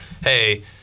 hey